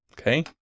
Okay